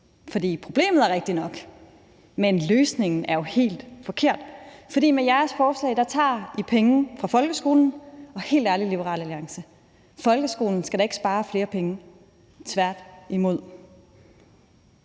fornuft. Problemet er rigtigt nok, men løsningen er jo helt forkert, for med jeres forslag tager I penge fra folkeskolen, og helt ærligt, Liberal Alliance: Folkeskolen skal da ikke spare flere penge, tværtimod.